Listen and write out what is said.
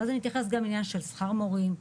ואז אתייחס גם לשכר המורים.